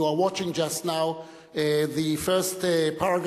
you are watching just now the first paragraph